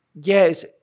Yes